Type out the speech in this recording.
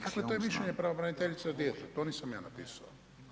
Dakle, to je mišljenje pravobraniteljice za djecu, to nisam ja napisao.